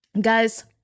Guys